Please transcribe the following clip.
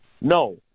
No